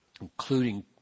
including